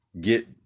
get